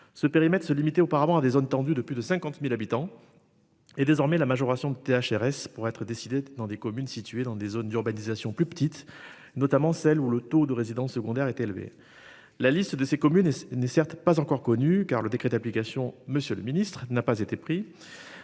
Ce périmètre se limitait auparavant à des zones tendues de plus de 50.000 habitants. Est désormais la majoration de TH RS pour être décidée dans des communes situées dans des zones d'urbanisation plus petites, notamment celles où le taux de résidences secondaires est élevé. La liste de ces communes et ce n'est certes pas encore connu. Car le décret d'application, Monsieur le Ministre, n'a pas été pris.